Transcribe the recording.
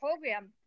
program